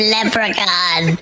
Leprechaun